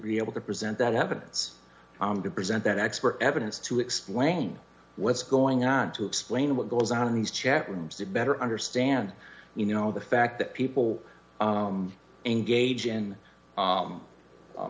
be able to present that evidence to present that expert evidence to explain what's going on to explain what goes on in these chat rooms to better understand you know the fact that people engage in